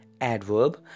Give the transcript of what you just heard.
Adverb